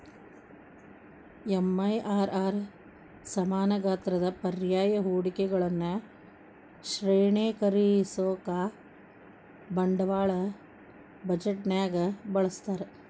MIRR ಸಮಾನ ಗಾತ್ರದ ಪರ್ಯಾಯ ಹೂಡಿಕೆಗಳನ್ನ ಶ್ರೇಣೇಕರಿಸೋಕಾ ಬಂಡವಾಳ ಬಜೆಟ್ನ್ಯಾಗ ಬಳಸ್ತಾರ